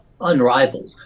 unrivaled